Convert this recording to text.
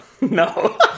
No